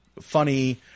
funny